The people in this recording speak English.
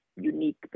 unique